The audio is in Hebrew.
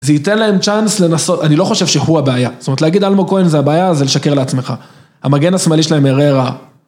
זה יתן להם צ'אנס לנסות, אני לא חושב שהוא הבעיה, זאת אומרת להגיד אלמוג כהן זו הבעיה זה לשקר לעצמך. המגן השמאלי שלהם יראה רע.